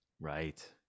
Right